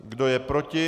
Kdo je proti?